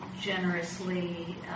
generously